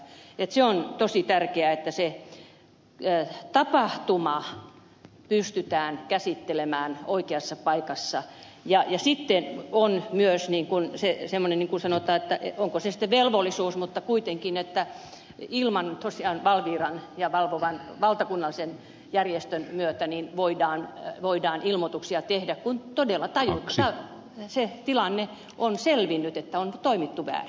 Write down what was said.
se on tosi tärkeää että se tapahtuma pystytään käsittelemään oikeassa paikassa ja sitten on myös semmoinen onko se ei semmonen kun sanotaan että eko sitten velvollisuus mutta kuitenkin että tosiaan valviran ja valvovan valtakunnallisen järjestön myötä voidaan ilmoituksia tehdä kun todella tajutaan se tilanne että on toimittu väärin